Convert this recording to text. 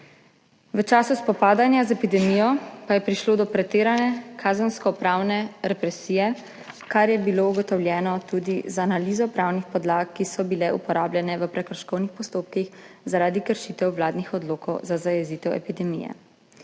v času spopadanja z epidemijo pa je prišlo do pretirane kazenskopravne represije, kar je bilo ugotovljeno tudi z analizo pravnih podlag, ki so bile uporabljene v prekrškovnih postopkih zaradi kršitev vladnih odlokov za zajezitev epidemije.